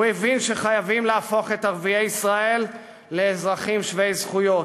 הוא הבין שחייבים להפוך את ערביי ישראל לאזרחים שווי זכויות.